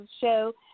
show